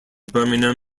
birmingham